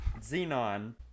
Xenon